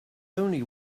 only